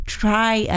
try